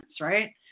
right